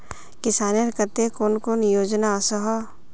किसानेर केते कुन कुन योजना ओसोहो?